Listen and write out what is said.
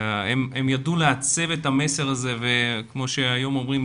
הם ידעו לעצב את המסר הזה כמו שהיום אומרים,